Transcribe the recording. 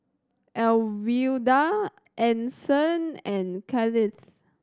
Alwilda Ason and Cailyn